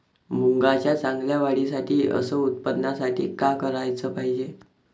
मुंगाच्या चांगल्या वाढीसाठी अस उत्पन्नासाठी का कराच पायजे?